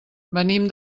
venim